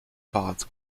parts